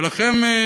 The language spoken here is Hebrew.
ולכם,